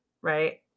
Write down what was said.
right